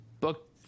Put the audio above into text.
Book